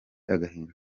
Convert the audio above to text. agahinda